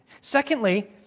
Secondly